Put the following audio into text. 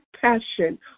passion